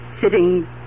sitting